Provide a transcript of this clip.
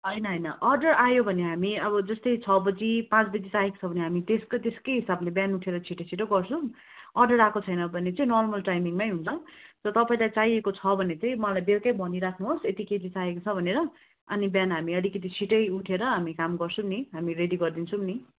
होइन होइन अर्डर आयो भने हामी अब जस्तै छ बजी पाँच बजी चाहिएको भने हामी त्यसकै त्यसकै हिसाबले बिहान उठेर छिटो छिटो गर्छौँ अर्डर आएको छैन भने चाहिँ नर्मल टाइमिङमै हुन्छ र तपाईँलाई चाहिएको छ भने चाहिँ मलाई बेलुकै भनिराख्नुहोस् यति केजी चाहिएको छ भनेर अनि बिहान हामी अलिकति छिटै उठेर हामी काम गर्छौँ नि हामी रेडी गरिदिन्छौँ नि